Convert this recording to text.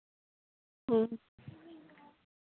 ᱦᱮᱸ